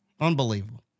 Unbelievable